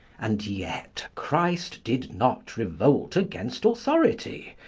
and yet, christ did not revolt against authority.